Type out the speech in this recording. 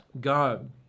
God